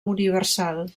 universal